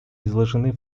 изложены